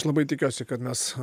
labai tikiuosi kad mes